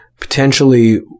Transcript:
potentially